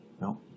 No